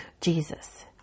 Jesus